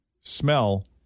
smell